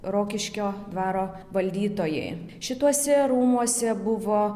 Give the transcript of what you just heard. rokiškio dvaro valdytojai šituose rūmuose buvo